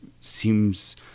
seems